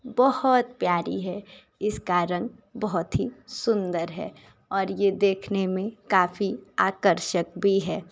बहुत प्यारी है इसका रंग बहुत ही सुन्दर है और ये देखने में काफ़ी आकर्षक भी है